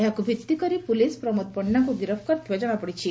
ଏହାକୁ ଭିତ୍ତି କରି ପୋଲିସ ପ୍ରମୋଦ ପଣ୍ଢାଙ୍କୁ ଗିରଫ କରିଥିବା ଜଶାପଡିଛି